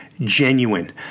genuine